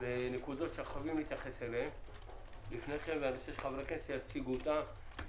שמבקשות התייחסות ואני אבקש מחברי הכנסת שיציגו אותם.